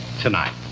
tonight